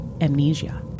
amnesia